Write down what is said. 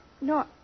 No